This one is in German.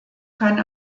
kann